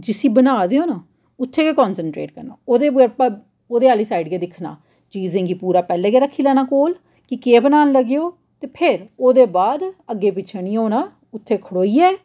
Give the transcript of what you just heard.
जीस्सी बना देओ ना उत्थै गै कान्सट्रेट करना ओह्दे आह्ली साईड़ गै दिक्खना चीजें गी पूरा पैह्लें गै रक्खी लैना कोल कि केह् बनान लगेओ ते फिर ओह्दे बाद अग्गें पिच्छें निं होना उत्थै खड़ोइयै